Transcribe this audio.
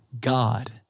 God